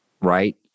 right